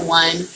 one